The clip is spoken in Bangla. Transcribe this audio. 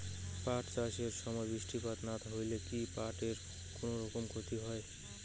পাট চাষ এর সময় বৃষ্টিপাত না হইলে কি পাট এর কুনোরকম ক্ষতি হয়?